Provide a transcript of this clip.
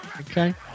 Okay